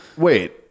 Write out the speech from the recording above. Wait